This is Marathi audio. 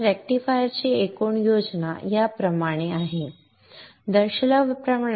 रेक्टिफायरची एकूण योजना याप्रमाणे आहे दर्शविल्याप्रमाणे